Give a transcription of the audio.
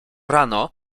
rano